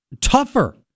tougher